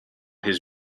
his